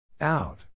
Out